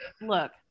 look